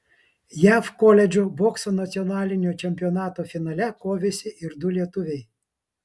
jav koledžų bokso nacionalinio čempionato finale kovėsi ir du lietuviai